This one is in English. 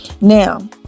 Now